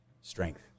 strength